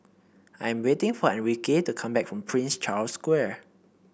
I'm waiting for Enrique to come back from Prince Charles Square